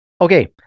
Okay